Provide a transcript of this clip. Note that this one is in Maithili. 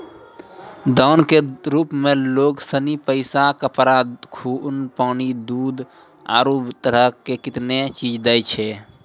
दान के रुप मे लोग सनी पैसा, कपड़ा, खून, पानी, दूध, आरु है तरह के कतेनी चीज दैय छै